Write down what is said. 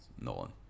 Nolan